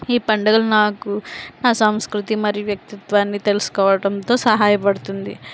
ఈ పండగల్ నాకు నా సంస్కృతి మరియు వ్యక్తిత్వాన్ని తెలుసుకోవటంతో సహాయపడుతుంది